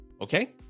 Okay